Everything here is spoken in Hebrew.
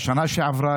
בשנה שעברה?